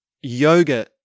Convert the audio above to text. yoga